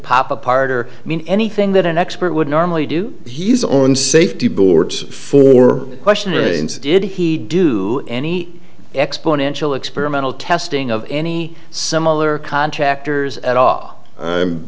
pop apart or mean anything that an expert would normally do he's own safety boards for question instead he do any exponential experimental testing of any similar contractors at all